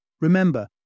Remember